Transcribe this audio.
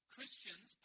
Christians